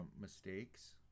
mistakes